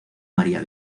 maria